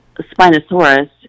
Spinosaurus